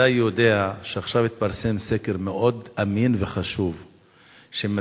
אתה יודע שעכשיו התפרסם סקר מאוד אמין וחשוב שמצביע